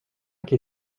qui